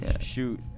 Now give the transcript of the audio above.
shoot